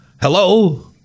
Hello